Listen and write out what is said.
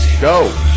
go